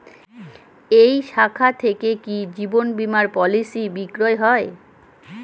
এই শাখা থেকে কি জীবন বীমার পলিসি বিক্রয় হয়?